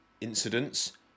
incidents